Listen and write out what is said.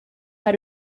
how